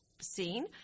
seen